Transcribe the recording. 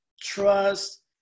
trust